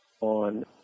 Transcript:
on